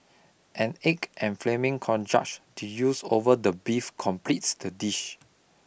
an egg and flaming cognac doused over the beef completes the dish